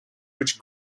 which